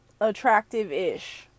attractive-ish